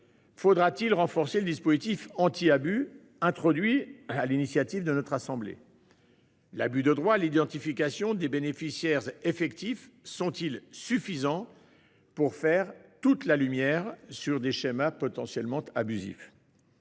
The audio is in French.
Faudra-t-il renforcer le dispositif anti-abus introduit sur l'initiative de notre assemblée ? L'abus de droit et l'identification des bénéficiaires effectifs sont-ils suffisants pour faire toute la lumière sur des schémas potentiellement abusifs ?